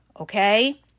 Okay